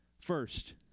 First